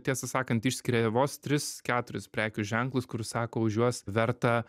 tiesą sakant išskiria vos tris keturis prekių ženklus kur sako už juos verta